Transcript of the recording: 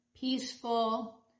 peaceful